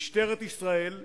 משטרת ישראל,